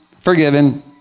forgiven